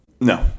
No